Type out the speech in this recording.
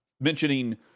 mentioning